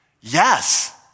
Yes